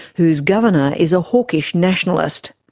whose governor is a hawkish nationalist.